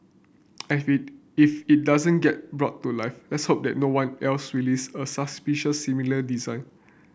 and if it doesn't get brought to life let's hope that no one else release a suspicious similar design